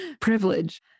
privilege